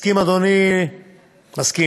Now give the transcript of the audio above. מסכים,